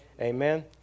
Amen